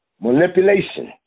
manipulation